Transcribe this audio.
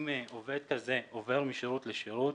אם עובד כזה עובר משירות לשירות,